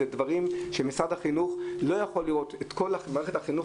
אלה דברים שמשרד החינוך לא רואה את מערכת החינוך